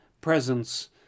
presence